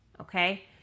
okay